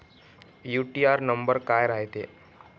UTR number काय रायते?